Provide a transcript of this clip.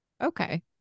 okay